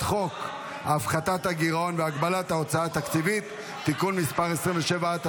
חוק הפחתת הגירעון והגבלת ההוצאה התקציבית (תיקון מס' 27),